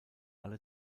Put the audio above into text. alle